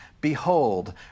Behold